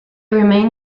remained